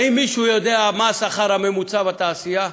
האם מישהו יודע מהו השכר הממוצע בתעשייה?